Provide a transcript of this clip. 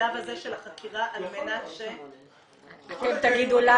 בשלב הזה של החקירה, על מנת ש- -- אתם תגידו לנו.